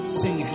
sing